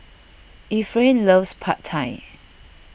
Efrain loves Pad Thai